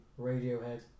Radiohead